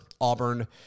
Auburn